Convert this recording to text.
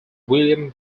william